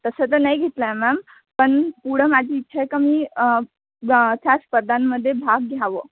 तसं तर नाही घेतला आहे मॅम पण पुढं माझी इच्छा आहे का मी ग त्या स्पर्धांमध्ये भाग घ्यावं